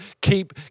Keep